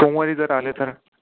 सोमवारी जर आले तर